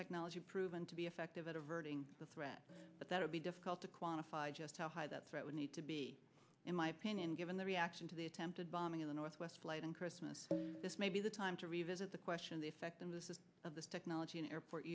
technology proven to be effective at averting the threat but that would be difficult to quantify just how high that threat would need to be in i pinion given the reaction to the attempted bombing of the northwest flight on christmas this may be the time to revisit the question the effect of this is of this technology in airport